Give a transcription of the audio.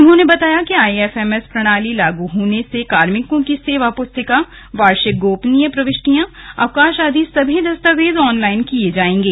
उन्होंने बताया कि आईएफएमएस प्रणाली लागू होने से कार्मिकों की सेवा पुस्तिका वार्षिक गोपनीय प्रविष्टियां अवकाश आदि सभी दस्तावेज ऑनलाइन किए जाएंगे